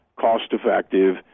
cost-effective